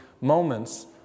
moments